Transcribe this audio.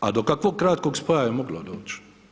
A do kakvog kratkog spoja je moglo doć?